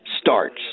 starts